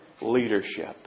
leadership